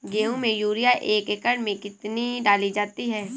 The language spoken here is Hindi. गेहूँ में यूरिया एक एकड़ में कितनी डाली जाती है?